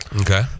okay